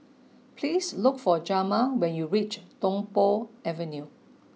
please look for Jamar when you reach Tung Po Avenue